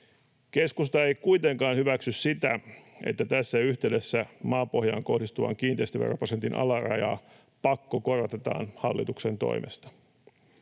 Keskusta ei kuitenkaan hyväksy sitä, että tässä yhteydessä maapohjaan kohdistuvan kiinteistöveroprosentin alarajaa pakkokorotetaan hallituksen toimesta.